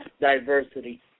diversity